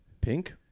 Pink